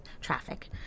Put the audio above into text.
traffic